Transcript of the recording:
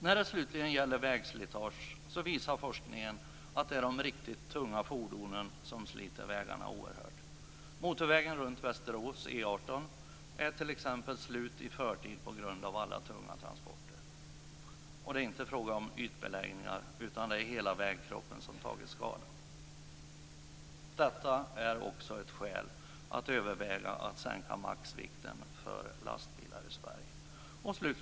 När det slutligen gäller vägslitaget visar forskningen att det är de riktigt tunga fordonen som sliter vägarna oerhört mycket. Motorvägen runt Västerås, E 18, är t.ex. slut i förtid på grund av alla tunga transporter. Det är då inte fråga om ytbeläggningar utan om att hela vägkroppen tagit skada. Detta är också ett skäl till att överväga att sänka maximivikten för lastbilar i Sverige. Fru talman!